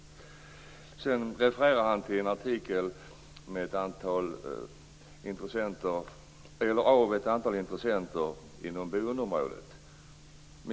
Statsrådet refererade till en artikel av ett antal intressenter inom boendeområdet.